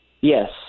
Yes